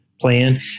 plan